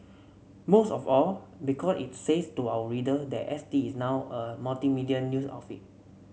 most of all because it says to our reader that S T is now a multimedia news outfit